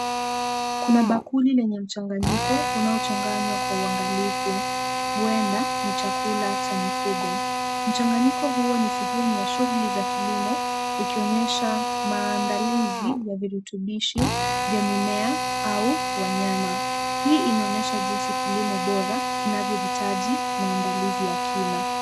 Kuna bakuli lenye mchanganyiko unaochanganywa kwa uangalifu huenda ni chakula cha mifugo. Mchanganyiko huo ni sehemu ya shughuli za kilimo ukionyesha maandalizi ya virutubishi vya mimea au wanyama. Hii inaonyesha jinsi kilimo bora kinavyohitaji maandalizi ya kina.